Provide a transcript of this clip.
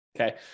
okay